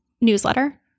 newsletter